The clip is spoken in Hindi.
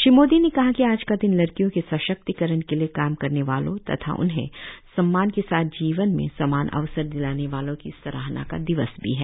श्री मोदी ने कहा कि आज का दिन लडकियों के सशक्तिकरण के लिए काम करने वालों तथा उन्हें सम्मान के साथ जीवन में समान अवसर दिलाने वालों की सराहना का दिवस भी है